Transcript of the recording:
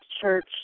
church